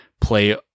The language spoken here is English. play